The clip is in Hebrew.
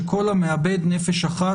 שכל המאבד נפש אחת,